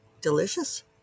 Delicious